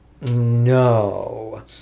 No